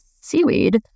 seaweed